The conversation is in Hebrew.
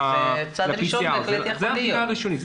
זה הבדיקה הראשונית,